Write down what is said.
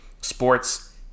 sports